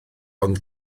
ond